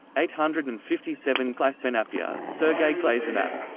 eight hundred and fifty seven glasenappia so glasenappia